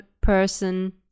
person